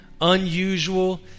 unusual